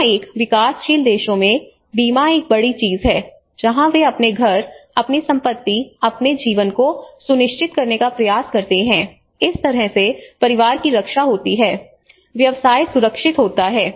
यहां एक विकासशील देशों में बीमा एक बड़ी चीज है जहां वे अपने घर अपनी संपत्ति अपने जीवन को सुनिश्चित करने का प्रयास करते हैं इस तरह से परिवार की रक्षा होती है व्यवसाय सुरक्षित होता है